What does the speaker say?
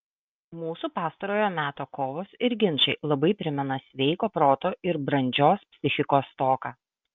mūsų pastarojo meto kovos ir ginčai labai primena sveiko proto ir brandžios psichikos stoką